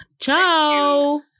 Ciao